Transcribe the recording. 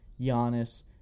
Giannis